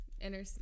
inner